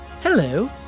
Hello